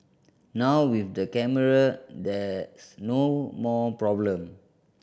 now with the camera there's no more problem